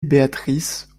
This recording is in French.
béatrice